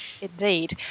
Indeed